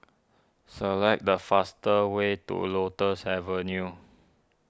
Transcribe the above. select the faster way to Lotus Avenue